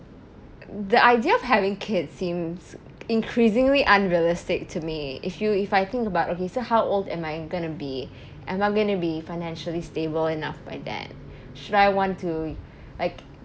the idea of having kids seems increasingly unrealistic to me if you if I think about okay so how old am I gonna be and I gonna financially stable enough by then should I want to like